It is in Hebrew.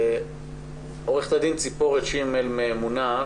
עורכת דין ציפורת שימל מאמונה,